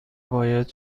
باید